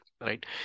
Right